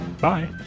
Bye